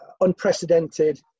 unprecedented